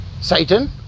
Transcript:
Satan